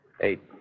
Eight